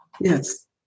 Yes